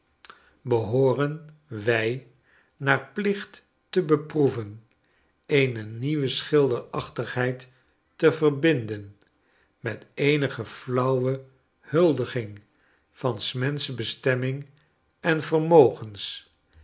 behooren wij naar plicht te beproeven eene nieuwe schilderachtigheid te verbinden met eenige flauwe huldiging van s menschen bestemmingen vermogens